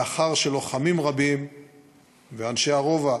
לאחר שלוחמים רבים ואנשי הרובע,